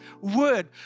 word